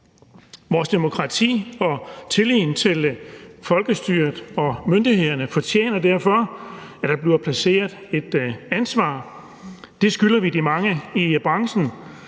Vores demokrati og tilliden til folkestyret og myndighederne fortjener derfor, at der bliver placeret et ansvar. Det skylder vi de mange i branchen,